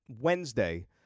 Wednesday